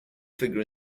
figure